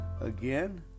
Again